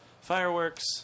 fireworks